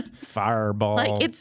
Fireball